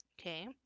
Okay